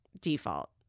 default